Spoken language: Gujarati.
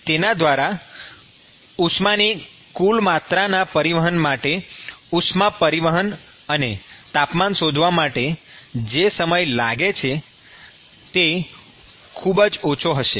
તેના દ્વારા ઉષ્માની કુલ માત્રાના પરિવહન માટે ઉષ્મા પરિવહન અને તાપમાન શોધવા માટે જે સમય લાગે છે તે ખૂબ જ ઓછો હશે